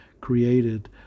created